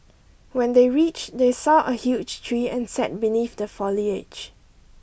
when they reach they saw a huge tree and sat beneath the foliage